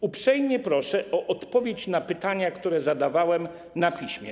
Uprzejmie proszę o odpowiedź na pytania, które zadałem, na piśmie.